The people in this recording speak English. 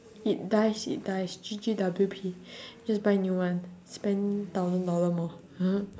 it dies it dies G_G_W_P just buy new one spend thousand dollar more